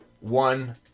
one